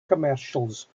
commercials